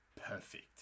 Perfect